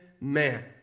man